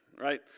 right